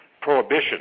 prohibition